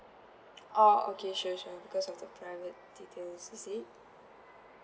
oh okay sure sure because of the private details is it